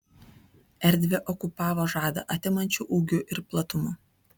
erdvę okupavo žadą atimančiu ūgiu ir platumu